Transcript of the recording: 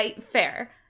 fair